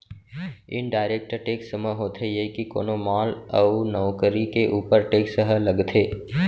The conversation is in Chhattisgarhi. इनडायरेक्ट टेक्स म होथे ये के कोनो माल अउ नउकरी के ऊपर टेक्स ह लगथे